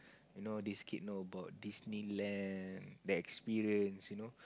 you know these kid know about Disneyland they experience you know